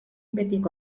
betiko